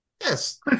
Yes